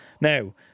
Now